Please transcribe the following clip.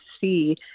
see